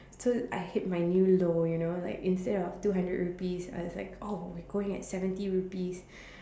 so I hit my new low you know like instead of two hundred rupees I was like oh we're going at seventy rupees